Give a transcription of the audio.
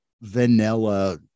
vanilla